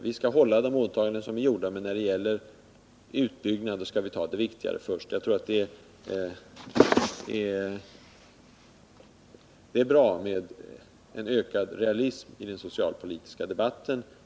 Vi skall fullgöra de åtaganden som är gjorda, men när det gäller utbyggnad skall vi ta det viktigaste först. Det vore bra med en ökad realism i den socialpolitiska debatten.